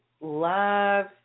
love